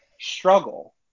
struggle